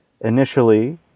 initially